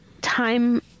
time